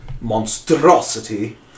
Monstrosity